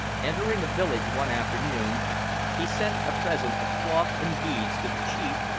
entering a village one afternoon he sent a present of cloth and beads to the chief,